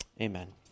Amen